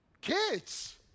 kids